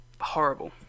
Horrible